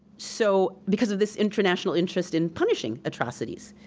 so because of this international interest in punishing atrocities.